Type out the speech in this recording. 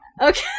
Okay